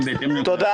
תודה.